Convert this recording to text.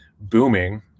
booming